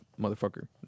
motherfucker